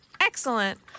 Excellent